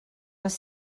les